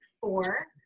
four